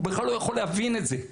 הוא בכלל לא יכול להבין את זה.